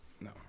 No